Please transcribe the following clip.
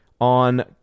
on